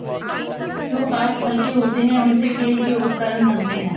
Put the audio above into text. जो काष्ठ हल्के होते हैं, उनसे खेल के उपकरण बनते हैं